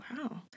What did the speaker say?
wow